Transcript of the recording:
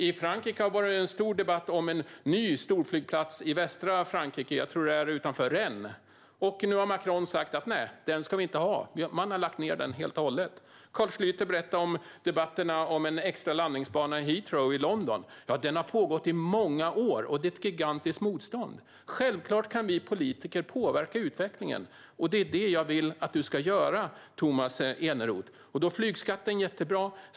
I Frankrike har det varit en stor debatt om en ny storflygplats i västra Frankrike - jag tror att det är utanför Rennes - och nu har Macron sagt att man inte ska ha den. Man har lagt ned de planerna helt och hållet. Carl Schlyter berättade om debatterna om en extra landningsbana på Heathrow i London. Den har pågått i många år, och det är ett gigantiskt motstånd. Självklart kan vi politiker påverka utvecklingen, och det är det jag vill att du ska göra, Tomas Eneroth. Då är flygskatten jättebra.